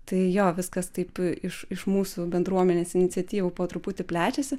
tai jo viskas taip iš iš mūsų bendruomenės iniciatyvų po truputį plečiasi